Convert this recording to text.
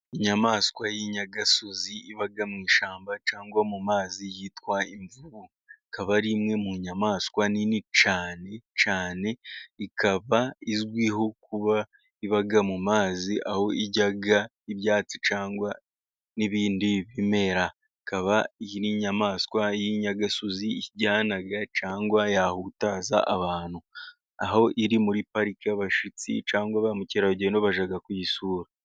Inyamaswa y'inyagasozi iba mu ishyamba cyangwa mu mazi yitwa imvubu, ikaba ari imwe mu nyamaswa nini, cyane cyane ikaba izwiho kuba iba mu mazi, aho irya ibyatsi cyangwa n'ibindi bimera, ikaba n'inyamaswa y'inyagasozi iryana cyangwa yahutaza abantu, aho iri muri pariki abashyitsi cyangwa ba mukerarugendo bajya kuyisura.